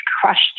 crushed